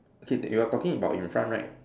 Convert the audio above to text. okay that you are talking about in front right